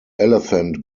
elephant